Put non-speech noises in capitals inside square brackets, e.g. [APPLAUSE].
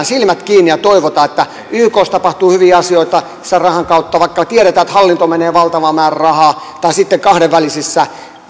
[UNINTELLIGIBLE] silmät kiinni ja toivomme että ykssa tapahtuu hyviä asioita sen rahan kautta vaikka me tiedämme että hallintoon menee valtava määrä rahaa tai sitten kahdenvälisissä